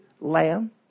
lamb